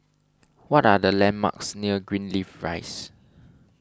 what are the landmarks near Greenleaf Rise